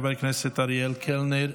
חבר הכנסת אריאל קלנר,